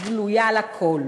גלויה לכול.